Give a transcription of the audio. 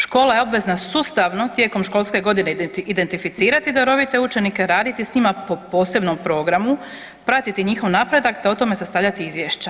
Škola je obvezna sustavno tijekom školske godine identificirati darovite učenike, raditi sa njima po posebnom programu, pratiti njihov napredak, te o tome sastavljati izvješća.